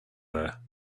there